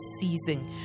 season